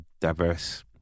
diverse